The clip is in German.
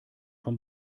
von